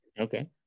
okay